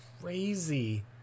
crazy